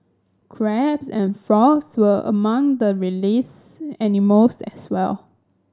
crabs and frogs were among the released animals as well